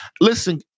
listen